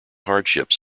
hardships